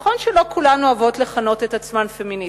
נכון שלא כולן אוהבות לכנות את עצמן פמיניסטיות,